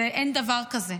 אין דבר כזה.